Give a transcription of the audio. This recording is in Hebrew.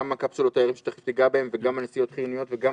גם הקפסולות וגם הנסיעות החיוניות וגם